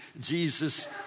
Jesus